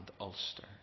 Ulster